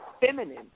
feminine